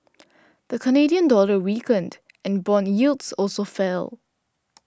the Canadian dollar weakened and bond yields also fell